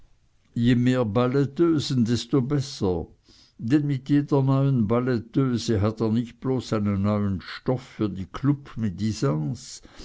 je mehr balletteusen desto besser denn mit jeder neuen balletteuse hat er nicht bloß einen neuen stoff für die